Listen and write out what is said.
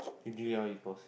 speaking well of his boss